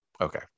Okay